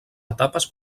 etapes